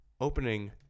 opening